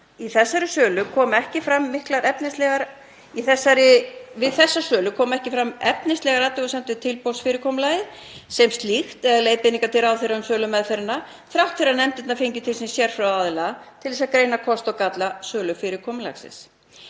Við þessa sölu komu ekki fram efnislegar athugasemdir um tilboðsfyrirkomulagið sem slíkt eða leiðbeiningar til ráðherra um sölumeðferðina þrátt fyrir að nefndirnar fengju til sín sérfróða aðila til að greina kosti og galla sölufyrirkomulagsins.